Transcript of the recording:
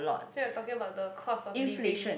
so you're talking about the cost of living